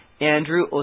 Andrew